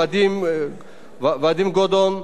ואדים גורדון,